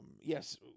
Yes